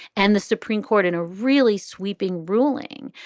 and the supreme court in a really sweeping ruling,